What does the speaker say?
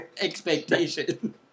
expectation